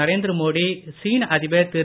நரேந்திர மோடி சீன அதிபர் திரு